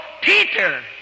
Peter